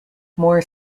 more